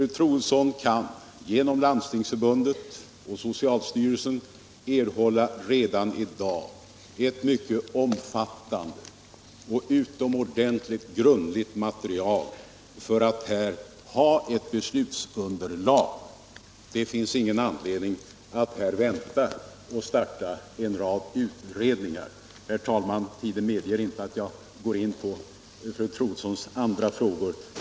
Fru Troedsson kan redan i dag av Landstingsförbundet och socialstyrelsen erhålla ett mycket omfattande och utomordentligt grundligt material som beslutsunderlag. Det finns ingen anledning att vänta och starta en rad utredningar. Herr talman! Tiden medger inte att jag går in på fru Troedssons andra frågor.